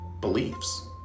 beliefs